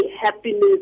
happiness